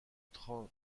train